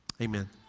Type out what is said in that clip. amen